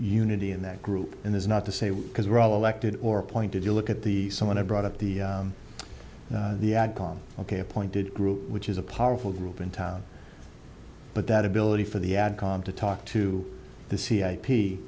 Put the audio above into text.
unity in that group and there's not to say because we're all elected or appointed you look at the someone i brought up the com ok appointed group which is a powerful group in town but that ability for the ad com to talk to the c i p